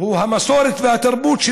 המסורת והתרבות,